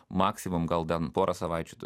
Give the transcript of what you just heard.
maksimom gal bent porą savaičių